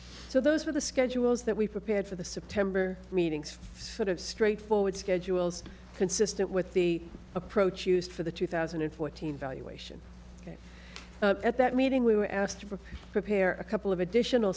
so those were the schedule that we prepared for the september meetings sort of straightforward schedules consistent with the approach used for the two thousand and fourteen valuation and at that meeting we were asked for prepare a couple of additional